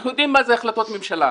אנחנו יודעים מה אלה החלטות הממשלה.